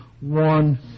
one